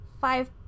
five